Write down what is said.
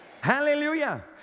Hallelujah